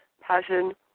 Passion